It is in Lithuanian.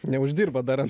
neuždirbot dar